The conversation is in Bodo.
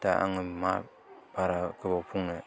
दा आङो मा बारा गोबाव बुंनो